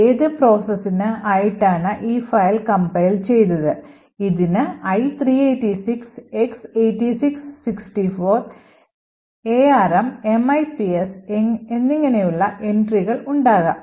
ഏത് processorന് ആയിട്ടാണ് ഈ ഫയൽ കംപൈൽ ചെയ്തത് ഇതിന് i386 X86 64 ARM MIPS എന്നിങ്ങനെയുള്ള എൻട്രികൾ ഉണ്ടാകാം